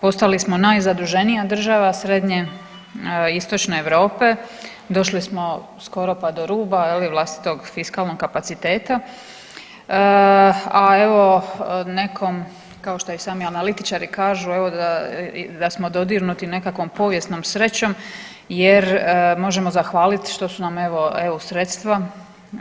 Postali smo najzaduženija država srednje i istočne Europe, došli smo skoro pa do ruba je li vlastitog fiskalnog kapaciteta, a evo nekom kao što i sami analitičari kažu evo da smo dodirnuti nekakvom povijesnom srećom jer možemo zahvalit što su nam evo eu sredstva